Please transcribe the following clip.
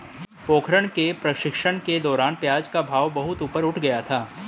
पोखरण के प्रशिक्षण के दौरान प्याज का भाव बहुत ऊपर उठ गया था